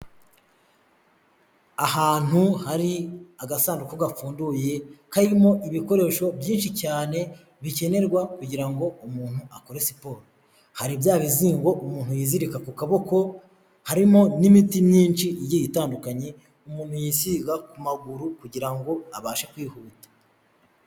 Ahantu hari agasanduku gapfunduye, karimo ibikoresho byinshi cyane bikenerwa kugira ngo umuntu akore siporo, hari bya bizingo umuntu yizirika ku kaboko, harimo n'imiti myinshi igiye itandukanye, umuntu yisiga ku maguru kugira ngo abashe kwihuta.